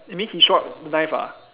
you mean he show up knife ah